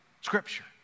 Scripture